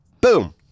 Boom